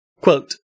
Quote